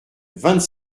vingt